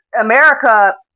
America